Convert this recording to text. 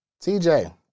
TJ